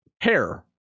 hair